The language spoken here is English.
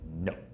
no